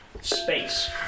space